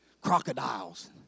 crocodiles